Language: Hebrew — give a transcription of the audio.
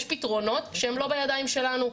יש פתרונות שהם לא בידיים שלנו,